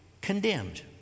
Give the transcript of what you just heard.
condemned